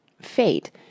Fate